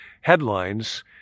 Headlines